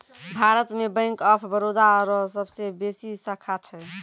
भारत मे bank of Baroda रो सबसे बेसी शाखा छै